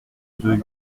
deux